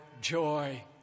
joy